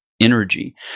energy